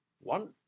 One